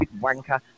wanker